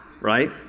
right